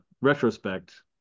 retrospect